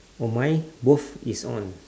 for mine both is on